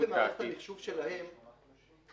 למעט האמור בתקנת משנה (ב),